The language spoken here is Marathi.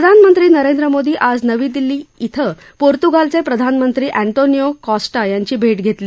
प्रधानमंत्री नरेंद्र मोदी आज नवी दिल्ली इथं पोर्त्गालच प्रधानमंत्री एन्तोनियो कॉस्टा यांची भाव घप्रली